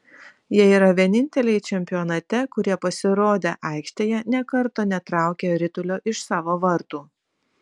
jie yra vieninteliai čempionate kurie pasirodę aikštėje nė karto netraukė ritulio iš savo vartų